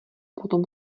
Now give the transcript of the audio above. potom